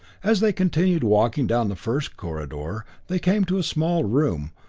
as they continued walking down the first corridor, they came to a small room,